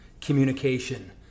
communication